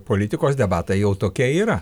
politikos debatai jau tokia yra